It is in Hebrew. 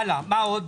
הלאה, מה עוד?